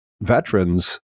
veterans